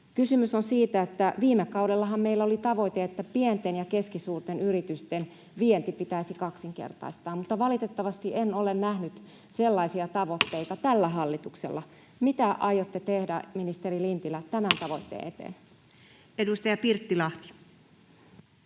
kysymys on siitä, että viime kaudellahan meillä oli tavoite, että pienten ja keskisuurten yritysten vienti pitäisi kaksinkertaistaa, mutta valitettavasti en ole nähnyt sellaisia tavoitteita tällä hallituksella. Mitä aiotte, ministeri Lintilä, tehdä tämän tavoitteen eteen? Edustaja Pirttilahti.